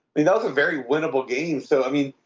i mean, that was a very winnable games. so i mean,